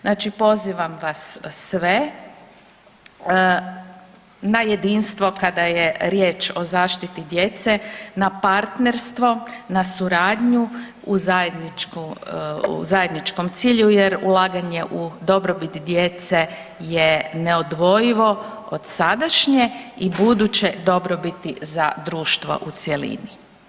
Znači pozivam vas sve na jedinstvo kada je riječ o zaštiti djece, na partnerstvo, na suradnju u zajedničkom cilju jer ulaganje u dobrobit djece je neodvojivo od sadašnje i buduće dobrobiti za društvo u cjelini.